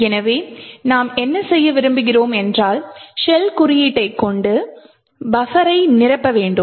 எனவே நாம் என்ன செய்ய விரும்புகிறோம் என்றால் ஷெல் குறியீட்டைக் கொண்டு பஃபரை நிரப்ப வேண்டும்